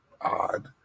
odd